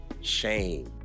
shame